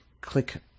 click